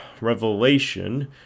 Revelation